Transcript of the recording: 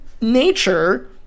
nature